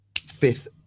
fifth